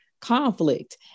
conflict